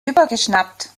übergeschnappt